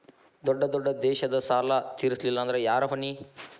ದೊಡ್ಡ ದೊಡ್ಡ ದೇಶದ ಸಾಲಾ ತೇರಸ್ಲಿಲ್ಲಾಂದ್ರ ಯಾರ ಹೊಣಿ?